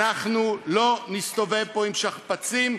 אנחנו לא נסתובב פה עם שכפ"צים,